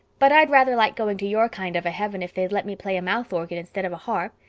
but i'd rather like going to your kind of a heaven if they'd let me play a mouth organ instead of a harp.